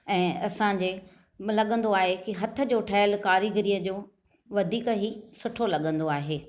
ऐं असांजे में लॻंदो आहे की हथ जो ठहियल कारीगरीअ जो वधीक ई सुठो लॻंदो आहे